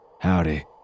Howdy